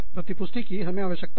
प्रति पुष्टि कि हमें आवश्यकता है